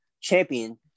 Champion